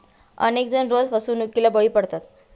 अनेक जण रोज फसवणुकीला बळी पडतात